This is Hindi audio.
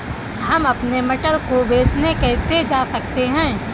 हम अपने मटर को बेचने कैसे जा सकते हैं?